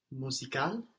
Musical